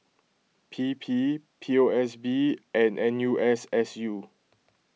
P P P O S B and N U S S U